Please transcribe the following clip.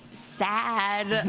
sad.